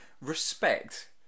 respect